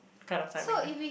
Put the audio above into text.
kind of timing